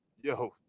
yo